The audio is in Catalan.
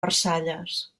versalles